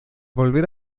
volver